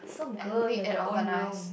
and neat and organised